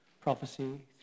prophecy